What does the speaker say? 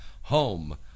home